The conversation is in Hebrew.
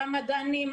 על המדענים,